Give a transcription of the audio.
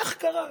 איך קרה?